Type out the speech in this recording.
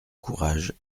courage